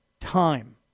time